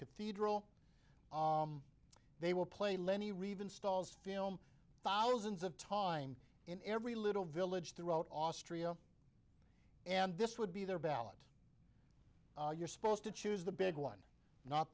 cathedral they will play lenny reeve installs film thousands of times in every little village throughout austria and this would be their ballot you're supposed to choose the big one not